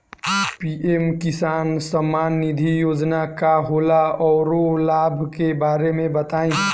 PM किसान सम्मान निधि योजना का होला औरो लाभ के बारे में बताई?